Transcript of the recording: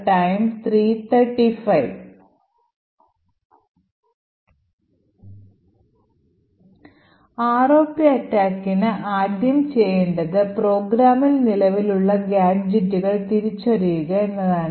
ROP attackന് ആദ്യം ചെയ്യേണ്ടത് പ്രോഗ്രാമിൽ നിലവിലുള്ള ഗാഡ്ജെറ്റുകൾ തിരിച്ചറിയുക എന്നതാണ്